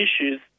issues